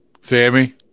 Sammy